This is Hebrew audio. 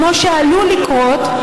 כמו שעלול לקרות,